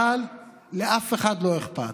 אבל לאף אחד לא אכפת.